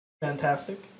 Fantastic